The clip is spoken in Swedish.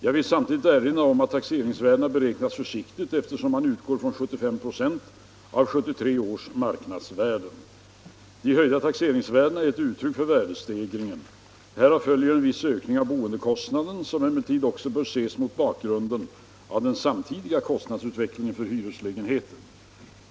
Jag vill samtidigt erinra om att taxeringsvärdena beräknas försiktigt eftersom man utgår från 75 96 av 1973 års marknadsvärden. De höjda taxeringsvärdena är ett uttryck för värdestegringen. Härav följer en viss ökning av boendekostnaden som emellertid också bör ses mot bakgrunden av den samtidiga kostnadsutvecklingen för hyreslägenheter.